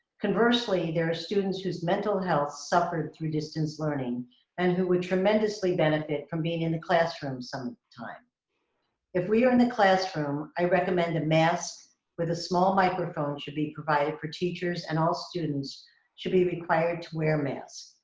conversely, there are students whose mental health suffered through distance learning and who would tremendously benefit from being in the classroom sometimes. if we are in the classroom, i recommend a mask with a small microphone should be provided for teachers and all students should be required to wear masks.